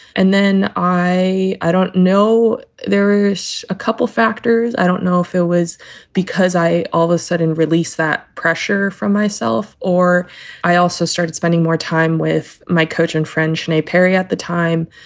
and then i. i don't know. there's a couple factors. i don't know if it was because i. all the sudden release that pressure from myself or i also started spending more time with my coach and friends and a perry at the time.